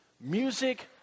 Music